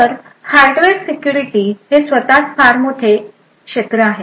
तर hardware security हे स्वतःच फार मोठे क्षेत्र आहे